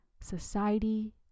Society